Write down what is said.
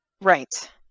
Right